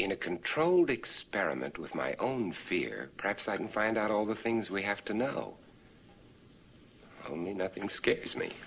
in a controlled experiment with my own fear perhaps i can find out all the things we have to know call me nothing scares me